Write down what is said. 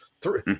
three